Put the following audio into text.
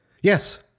Yes